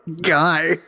Guy